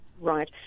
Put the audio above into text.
Right